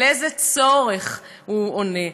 על איזה צורך הוא עונה?